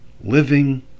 living